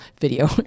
video